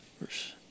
verse